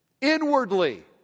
Inwardly